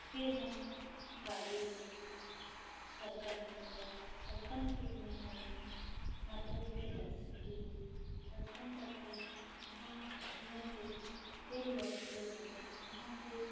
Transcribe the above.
फिर हम गाड़ी से सलकनपुर गए सलकनपुर में हमने माताजी के दर्शन किए दर्शन करके वहाँ घूमे फिरे फिर लौटते समय वहाँ फिर